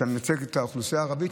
אתה מייצג את האוכלוסייה הערבית,